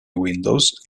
windows